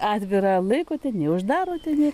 atvirą laikote nei uždarote nei